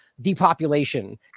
depopulation